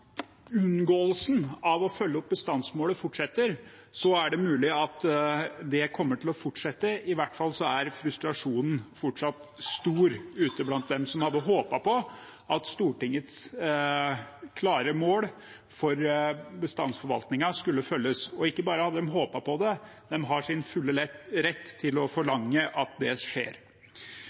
unngåelsen av å følge opp bestandsmålet fortsetter, er det mulig at det kommer til å fortsette – i hvert fall er frustrasjonen fortsatt stor ute blant dem som hadde håpet på at Stortingets klare mål for bestandsforvaltningen skulle følges. Ikke bare hadde de håpet på det, de er i sin fulle rett til å forlange at det skjer.